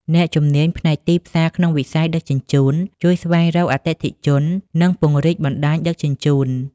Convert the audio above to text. អ្នកជំនាញផ្នែកទីផ្សារក្នុងវិស័យដឹកជញ្ជូន ជួយស្វែងរកអតិថិជន និងពង្រីកបណ្តាញដឹកជញ្ជូន។